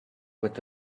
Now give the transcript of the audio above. with